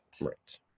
Right